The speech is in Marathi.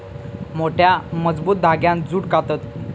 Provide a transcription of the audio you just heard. मोठ्या, मजबूत धांग्यांत जूट काततत